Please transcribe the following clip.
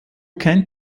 kennt